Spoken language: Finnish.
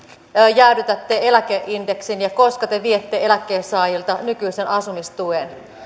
jäädytätte eläkeindeksin ja koska te viette eläkkeensaajilta nykyisen asumistuen